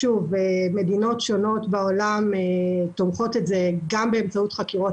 מדינות שונות בעולם תומכות את זה גם באמצעות חקירות